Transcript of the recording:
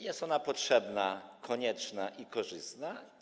Jest ona potrzebna, konieczna i korzystna.